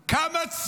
מה עם הילדים האחרים?